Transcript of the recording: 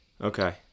Okay